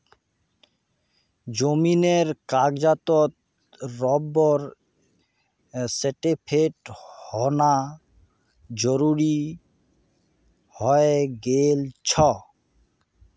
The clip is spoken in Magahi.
जमीनेर कागजातत रबर स्टैंपेर होना जरूरी हइ गेल छेक